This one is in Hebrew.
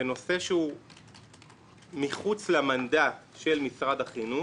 זה נושא שהוא מחוץ למנדט של משרד החינוך.